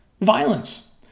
violence